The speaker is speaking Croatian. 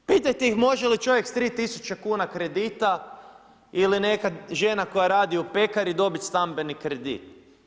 Pitajte ih može li čovjek sa 3000 kredita ili neka žena koja radi u pekari dobiti stambeni kredit.